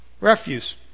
refuse